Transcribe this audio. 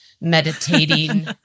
meditating